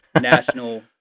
national